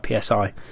psi